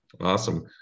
Awesome